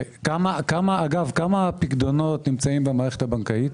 אגב, כמה פיקדונות נמצאים במערכת הבנקאית?